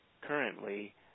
currently